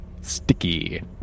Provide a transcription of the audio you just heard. sticky